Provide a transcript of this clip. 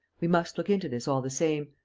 we must look into this, all the same.